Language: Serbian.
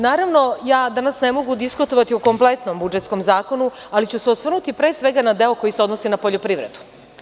Naravno, danas ne mogu diskutovati o kompletnom budžetskom zakonu, ali ću se osvrnuti na deo koji se odnosi na poljoprivredu.